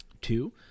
Two